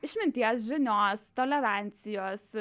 išminties žinios tolerancijos